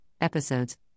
Episodes